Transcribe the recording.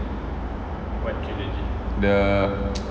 the